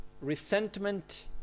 resentment